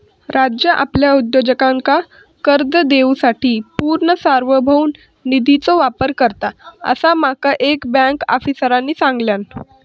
राज्य आपल्या उद्योजकांका कर्ज देवूसाठी पूर्ण सार्वभौम निधीचो वापर करता, असा माका एका बँक आफीसरांन सांगल्यान